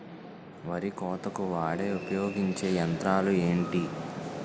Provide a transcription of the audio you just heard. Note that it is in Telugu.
వరి కోతకు వాడే ఉపయోగించే యంత్రాలు ఏంటి?